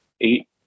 Eight